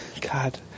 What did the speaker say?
God